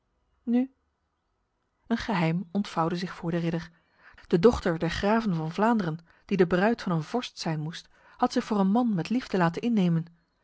nu nu een geheim ontvouwde zich voor de ridder de dochter der graven van vlaanderen die de bruid van een vorst zijn moest had zich voor een man met liefde laten innemen